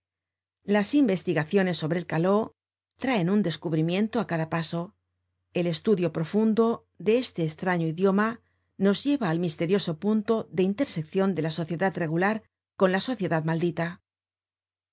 las investigaciones sobre el caló traen un descubrimiento á cada paso el estudio profundo de este estraño idioma nos lleva al misterioso punto de interseccion de la sociedad regular con la sociedad maldita